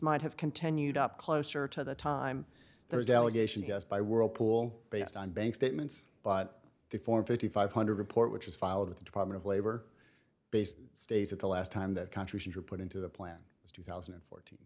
might have continued up closer to the time there was allegations yes by whirlpool based on bank statements but the four fifty five hundred report which was filed with the department of labor based stays at the last time that countries are put into the plan is two thousand and fourteen